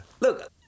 Look